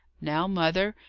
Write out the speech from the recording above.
now, mother,